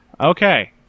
Okay